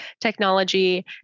technology